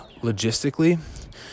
logistically